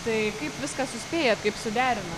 tai kaip viską suspėjat kaip suderinat